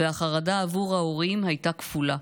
והחרדה עבור ההורים הייתה כפולה.